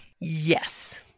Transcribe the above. Yes